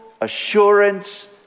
assurance